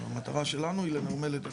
המטרה שלנו היא לנרמל את התהליך.